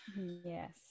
Yes